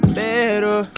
better